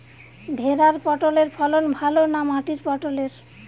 ভেরার পটলের ফলন ভালো না মাটির পটলের?